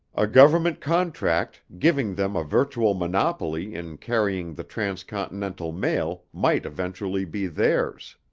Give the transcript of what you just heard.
a government contract giving them a virtual monopoly in carrying the transcontinental mail might eventually be theirs.